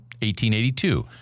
1882